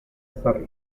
ezarriz